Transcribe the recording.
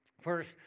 First